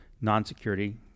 non-security